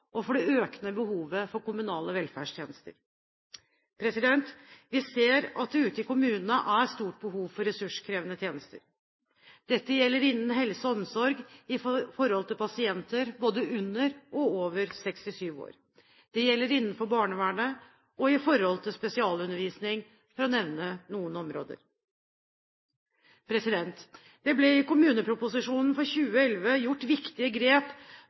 befolkningsveksten og det økende behovet for kommunale velferdstjenester. Vi ser at ute i kommunene er det et stort behov for ressurskrevende tjenester. Dette gjelder innen helse og omsorg for pasienter både under og over 67 år, det gjelder innenfor barnevernet, og det gjelder for spesialundervisning, for å nevne noen områder. Det ble i kommuneproposisjonen for 2011 gjort viktige grep